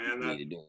man